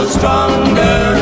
Stronger